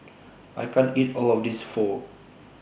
I can't eat All of This Pho